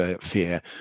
fear